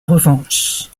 revanche